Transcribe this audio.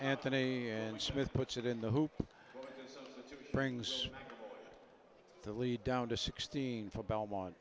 anthony and smith puts it in the hoop brings the lead down to sixteen for belmont